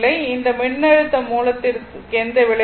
இந்த மின்னழுத்த மூலத்திற்கு எந்த விளைவும் இல்லை